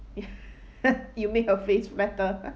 if you make her face flatter